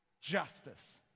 justice